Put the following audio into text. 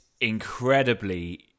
incredibly